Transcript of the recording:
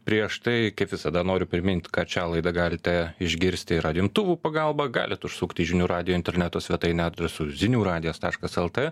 prieš tai kaip visada noriu primint kad šią laidą galite išgirsti ir radijo imtuvų pagalba galit užsukt į žinių radijo interneto svetainę adresu zinių radijas taškas lt